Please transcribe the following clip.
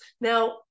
now